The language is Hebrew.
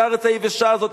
את הארץ היבשה הזאת,